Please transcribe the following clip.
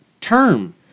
term